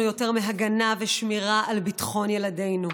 יותר מהגנה ושמירה על ביטחון ילדינו.